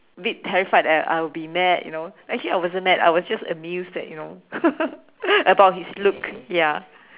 a bit terrified that I will be mad you know actually I wasn't mad I was just amused that you know about his look ya